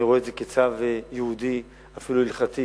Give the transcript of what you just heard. אני רואה את זה כצו יהודי, אפילו הלכתי,